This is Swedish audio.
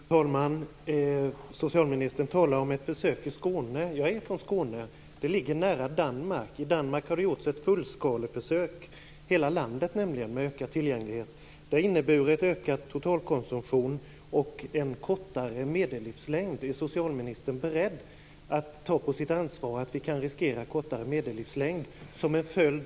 Fru talman! Socialministern talar om ett försök i Skåne. Jag är från Skåne. Det ligger nära Danmark. I Danmark har det gjorts ett fullskaleförsök, i hela landet, med ökad tillgänglighet. Det har inneburit ökad totalkonsumtion och en kortare medellivslängd.